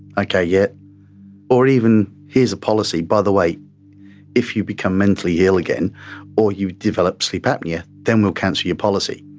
like ah or even, here's a policy, by the way if you become mentally ill again or you develop sleep apnoea then we'll cancel your policy,